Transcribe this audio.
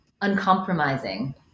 uncompromising